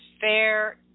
fair